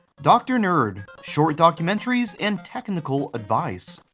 dr. nerd short documentaries and technical advice.